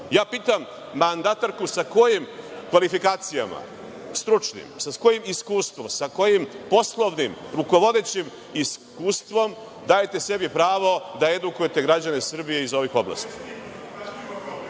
Pitam mandatarku sa kojim kvalifikacijama stručnim, sa kojim iskustvom, sa kojim poslovnim, rukovodećim iskustvom dajete sebi pravo da edukujete građane Srbije iz ovih